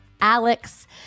Alex